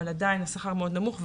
אבל עדיין השכר מאוד נמוך.